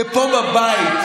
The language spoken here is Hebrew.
ופה בבית,